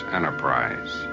Enterprise